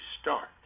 start